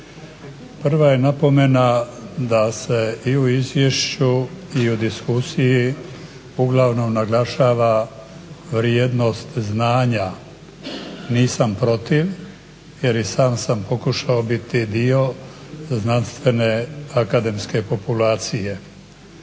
Prva je napomena da se i u izvješću i u diskusiji uglavnom naglašava vrijednost znanja, nisam protiv jer i sam sam pokušao biti dio znanstvene akademske populacije.